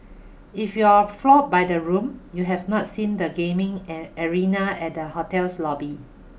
if you're floored by the room you have not seen the gaming air arena at the hotel's lobby